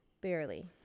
Barely